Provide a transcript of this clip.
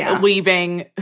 leaving